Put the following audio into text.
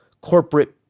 corporate